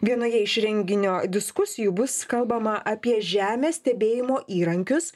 vienoje iš renginio diskusijų bus kalbama apie žemės stebėjimo įrankius